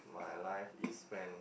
my life is when